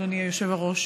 אדוני היושב-ראש,